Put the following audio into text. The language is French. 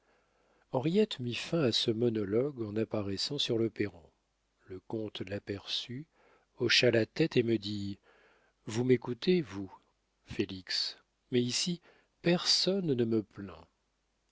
henriette mit fin à ce monologue en apparaissant sur le perron le comte l'aperçut hocha la tête et me dit vous m'écoutez vous félix mais ici personne ne me plaint